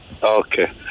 Okay